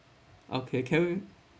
okay can we